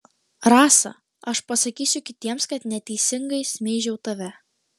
rasa aš pasakysiu kitiems kad neteisingai šmeižiau tave